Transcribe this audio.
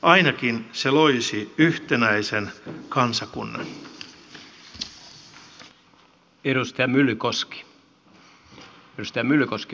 ainakin se loisi yhtenäisen kansakunnan